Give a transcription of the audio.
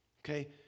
Okay